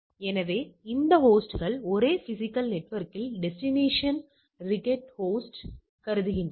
எனவே இந்த ஹோஸ்ட்கள் ஒரே பிசிகல் நெட்வொர்க்கில் டெஸ்டினேஷன் ர்கெட் ஹோஸ்ட் என்று கருதுகின்றன